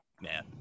man